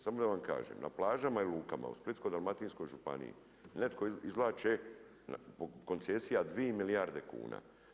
Samo da vam kažem, na plažama i lukama u Splitsko-dalmatinskoj županiji netko izvlači koncesija 2 milijarde kuna.